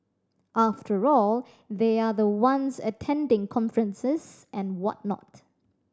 after all they are the ones attending conferences and whatnot